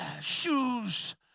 Shoes